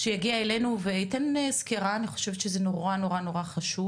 שיתן בוועדה סקירה בנושא.